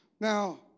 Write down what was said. Now